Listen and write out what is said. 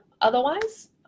Otherwise